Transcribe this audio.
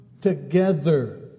together